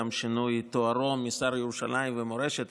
בשינוי תוארו משר ירושלים ומורשת.